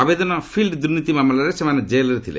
ଆବେଦନ ଫିଲ୍ଚ ଦୁର୍ନୀତି ମାମଲାରେ ସେମାନେ ଜେଲ୍ରେ ଥିଲେ